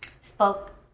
spoke